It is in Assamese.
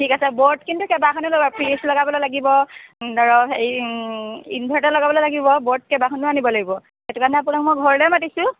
অঁ ঠিক আছে বৰ্ড কিন্তু কেইবাখনো লগাব ফ্ৰীজ লগাবলৈ লাগিব ধৰক হেৰি ইনভাৰ্টাৰ লগাবলৈ লাগিব বৰ্ড কেইবাখনো আনিব লাগিব সেইটো কাৰণে আপোনাক মই ঘৰলৈ মাতিছোঁ